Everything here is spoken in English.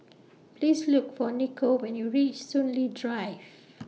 Please Look For Niko when YOU REACH Soon Lee Drive